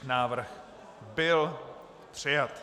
Návrh byl přijat.